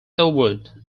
elwood